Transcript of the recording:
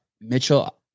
Mitchell